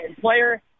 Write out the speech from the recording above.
player